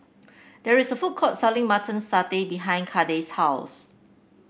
there is a food court selling Mutton Satay behind Kade's house